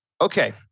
Okay